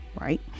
right